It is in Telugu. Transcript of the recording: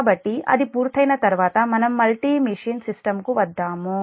కాబట్టి అది పూర్తయిన తర్వాత మనం మల్టీ మెషీన్ సిస్టమ్కు వద్దాము